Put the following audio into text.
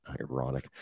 Ironic